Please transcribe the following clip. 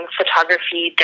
photography